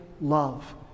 love